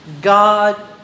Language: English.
God